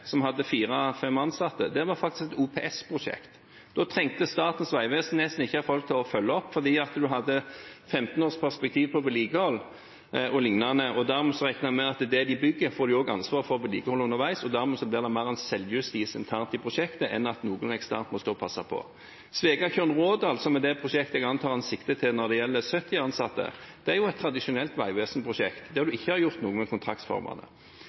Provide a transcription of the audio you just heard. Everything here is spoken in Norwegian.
som hadde fire–fem ansatte, var et OPS-prosjekt. Statens vegvesen trengte nesten ikke folk til å følge det opp fordi en hadde et 15-årsperspektiv på vedlikehold og lignende. En regnet med at det en bygde, ville en også få ansvaret for å vedlikeholde underveis, og dermed ble det mer en selvjustis internt i prosjektet enn at noen eksternt måtte stå og passe på. Svegatjørn–Rådal, som er det prosjektet jeg antar han sikter til når det gjelder 70 ansatte, er et tradisjonelt vegvesen-prosjekt, der en ikke har gjort noe med kontraktsformene.